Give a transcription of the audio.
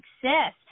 success